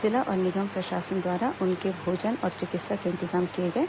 जिला और निगम प्रशासन द्वारा उनके भोजन और चिकित्सा के इंतजाम किए गए